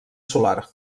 solar